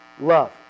Love